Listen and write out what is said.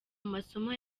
masomo